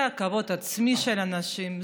זה הכבוד העצמי של האנשים,